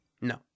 No